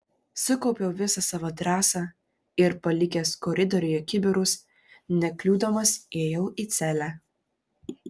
sukaupiau visą savo drąsą ir palikęs koridoriuje kibirus nekliudomas įėjau į celę